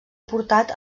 portat